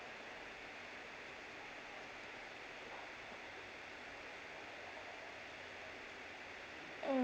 mm